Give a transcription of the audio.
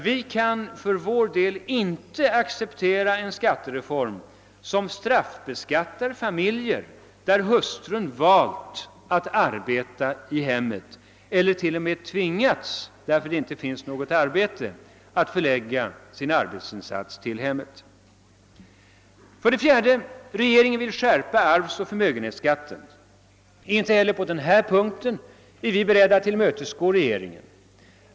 Vi kan för vår del inte acceptera en skattereform som straffbeskattar familjer där hustrun valt att arbeta i hemmet eller t.o.m. tvingats förlägga sin arbetsinsats till hemmet, därför att det inte finns annat arbete att få. För det fjärde vill regeringen skärpa arvsoch förmögenhetsskatten. Inte heller på denna punkt är vi beredda att tillmötesgå regeringen.